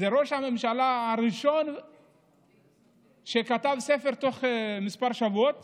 זה ראש הממשלה הראשון שכתב ספר תוך כמה שבועות